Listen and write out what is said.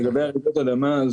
לגבי רעידות האדמה,